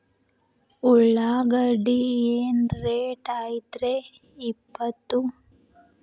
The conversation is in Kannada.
ಉಳ್ಳಾಗಡ್ಡಿ ಏನ್ ರೇಟ್ ಐತ್ರೇ ಇಪ್ಪತ್ತು?